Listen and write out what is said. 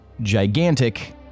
gigantic